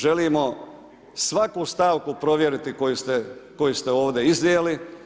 Želimo svaku stavku provjeriti koju ste ovdje iznijeli.